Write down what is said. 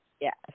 Yes